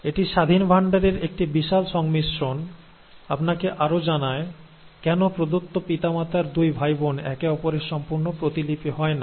এটি স্বাধীন ভান্ডারের একটি বিশাল সংমিশ্রণ আপনাকে আরো জানায় কেন প্রদত্ত পিতা মাতার দুটি ভাইবোন একে অপরের সম্পূর্ণ প্রতিলিপি হয় না